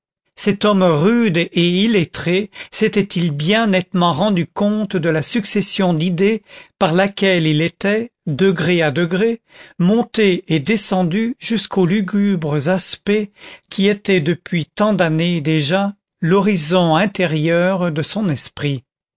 cet homme rude et illettré s'était-il bien nettement rendu compte de la succession d'idées par laquelle il était degré à degré monté et descendu jusqu'aux lugubres aspects qui étaient depuis tant d'années déjà l'horizon intérieur de son esprit